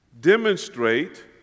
demonstrate